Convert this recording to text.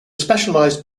specialized